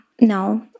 No